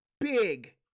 big